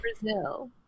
Brazil